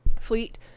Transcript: fleet